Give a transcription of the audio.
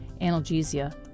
analgesia